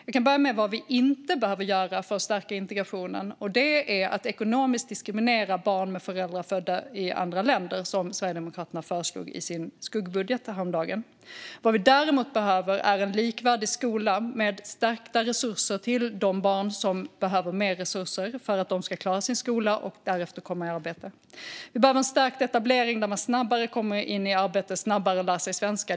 Jag kan börja med vad vi inte behöver göra för att förstärka integrationen. Det är att ekonomiskt diskriminera barn med föräldrar födda i andra länder, som Sverigedemokraterna föreslog i sin skuggbudget häromdagen. Vad vi däremot behöver är en likvärdig skola med stärkta resurser till de barn som behöver mer resurser för att de ska klara sin skola och därefter komma i arbete. Vi behöver en stärkt etablering där människor snabbare kommer in i arbete och snabbare lär sig svenska.